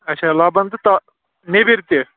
اچھا لَبَن تہٕ تا نیٚبٕرۍ تہِ